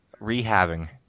rehabbing